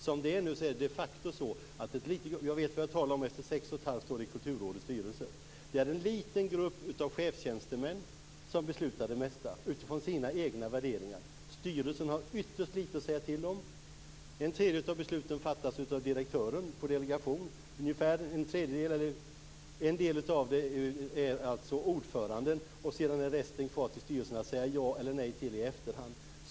Nu är det de facto så - och jag vet vad jag talar om efter sex och ett halvt år i Kulturrådets styrelse - att en liten grupp chefstjänstemän beslutar det mesta utifrån sina egna värderingar. Styrelsen har ytterst lite att säga till om. Ungefär en tredjedel av besluten fattas av direktören på delegation. En del av besluten fattas av ordföranden, och sedan är resten kvar till styrelsen att säga ja eller nej till i efterhand.